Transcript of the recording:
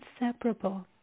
inseparable